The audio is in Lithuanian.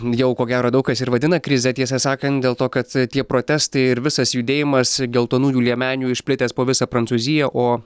jau ko gero daug kas ir vadina krize tiesą sakant dėl to kad tie protestai ir visas judėjimas geltonųjų liemenių išplitęs po visą prancūziją o